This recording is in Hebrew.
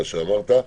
מה שאמרת.